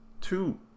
two